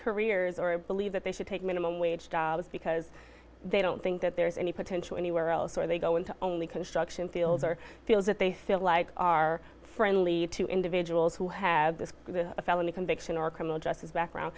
careers or believe that they should take minimum wage jobs because they don't think that there is any potential anywhere else or they go into only construction fields or feels that they still like are friendly to individuals who have this felony conviction or criminal justice background